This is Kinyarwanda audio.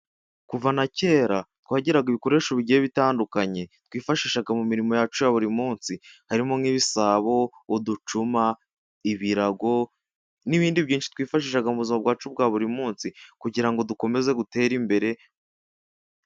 Kuva na kera twagiraga ibikoresho bigiye bitandukanye twifashishaga mu mirimo yacu ya buri munsi harimo: nk'ibisabo, uducuma, ibirago n'ibindi byinshi twifashishaga mu bu bwacu bwa buri munsi, kugira ngo dukomeze gutere imbere...